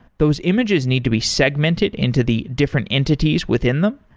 those images need to be segmented into the different entities within them.